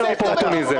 פורר?